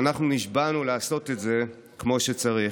ואנחנו נשבענו לעשות את זה כמו שצריך.